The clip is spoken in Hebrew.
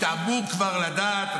אתה אמור כבר לדעת,